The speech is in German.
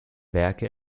werke